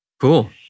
Cool